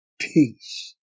Peace